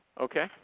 Okay